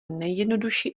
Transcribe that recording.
nejjednoduší